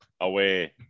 away